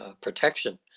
protection